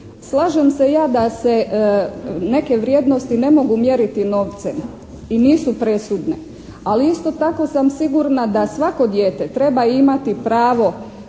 Slažem se ja da se neke vrijednosti ne mogu mjeriti novcem i nisu presudne, ali isto tako sam sigurna da svako dijete treba imati pravo